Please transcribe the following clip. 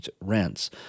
rents